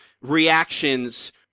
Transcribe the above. reactions